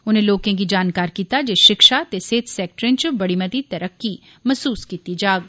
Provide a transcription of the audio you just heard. उनें लोकें गी जानकार कीता जे शिक्षा ते सेहत सैक्टरें च बड़ी मती तरक्की महसूस कीती जाग